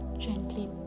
Gently